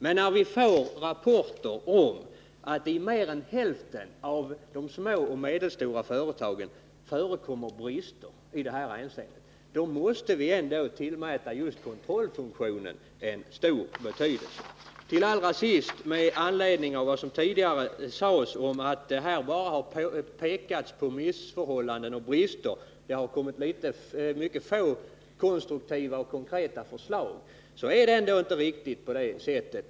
Men när vi får rapporter om att det i mer än hälften av de små och medelstora företagen förekommer brister i det här hänseendet, då måste vi också tillmäta just kontrollfunktionen stor betydelse. Allra sist några ord med anledning av vad som tidigare sagts, nämligen att här bara har pekats på missförhållanden och brister och att det har lagts fram mycket få konstruktiva och konkreta förslag. Det är ändå inte riktigt på det sättet.